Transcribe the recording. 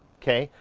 okay.